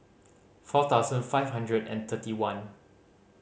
four thousand five hundred and thirty one